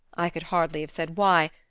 i could hardly have said why,